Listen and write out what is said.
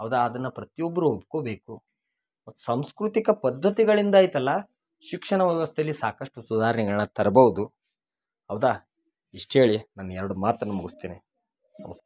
ಹೌದಾ ಅದನ್ನ ಪ್ರತಿಯೊಬ್ಬರು ಒಪ್ಕೊಬೇಕು ಸಾಂಸ್ಕೃತಿಕ ಪದ್ಧತಿಗಳಿಂದ ಐತಲ್ಲ ಶಿಕ್ಷಣ ವ್ಯವಸ್ಥೆಯಲ್ಲಿ ಸಾಕಷ್ಟು ಸುಧಾರ್ಣೆಗಳನ್ನ ತರ್ಬವ್ದು ಹೌದಾ ಇಷ್ಟು ಹೇಳಿ ನನ್ನ ಎರಡು ಮಾತನ್ನ ಮುಗ್ಸ್ತೇನೆ ನಮಸ್ಕಾರ